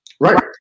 Right